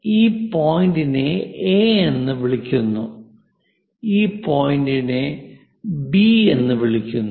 ഈ പോയിന്റിനെ A എന്ന് വിളിക്കുന്നു ഈ പോയിന്റിനെ B എന്ന് വിളിക്കുന്നു